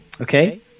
okay